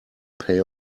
pay